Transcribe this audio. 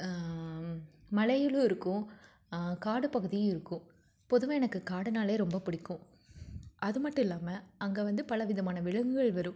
மலைகளும் இருக்கும் காடுப் பகுதியும் இருக்கும் பொதுவாக எனக்கு காடுன்னால் ரொம்ப பிடிக்கும் அது மட்டும் இல்லாமல் அங்கே வந்து பலவிதமான விலங்குகள் வரும்